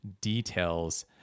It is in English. details